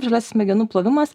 žaliasis smegenų plovimas